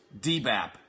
DBAP